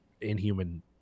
inhuman